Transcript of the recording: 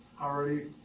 already